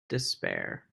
despair